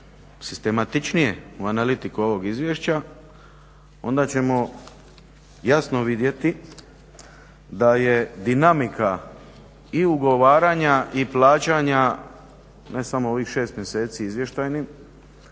sistematičnije u analitiku ovog izvješća onda ćemo jasno vidjeti da je dinamika i ugovaranja i plaćanja, ne samo ovih 6 mjeseci izvještajnih,